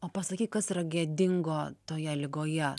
o pasakyk kas yra gėdingo toje ligoje